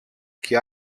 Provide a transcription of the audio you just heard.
και